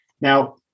now